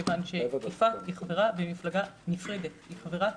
כיוון שיפעת חברה במפלגה נפרדת, היא חברת